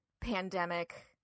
pandemic